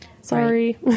Sorry